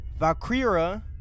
Valkyra